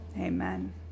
amen